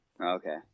Okay